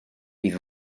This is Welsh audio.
bydd